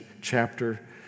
chapter